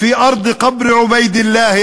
דברים בערבית),